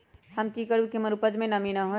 हम की करू की हमर उपज में नमी न होए?